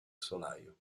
solaio